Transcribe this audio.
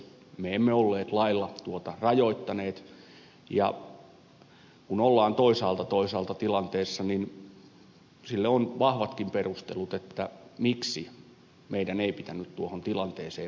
me emme olleet lailla tuota rajoittaneet ja kun ollaan toisaaltatoisaalta tilanteessa niin sille on vahvatkin perustelut miksi meidän ei pitänyt tuohon tilanteeseen puuttua